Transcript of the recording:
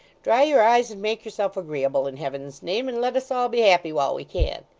dry your eyes and make yourself agreeable, in heaven's name, and let us all be happy while we can